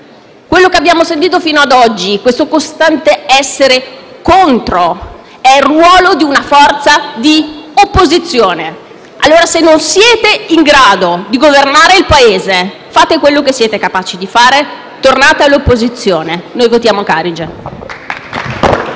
Quello che abbiamo sentito fino ad oggi, un costante essere contro, è il ruolo di una forza di opposizione. Se non siete in grado di governare il Paese, fate quello che siete capaci di fare: tornate all'opposizione. Noi votiamo Carige.